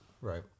Right